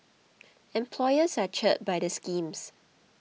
employers are cheered by the schemes